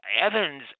Evans